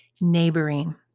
neighboring